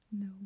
No